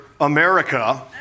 America